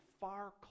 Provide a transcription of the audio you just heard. far